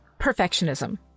perfectionism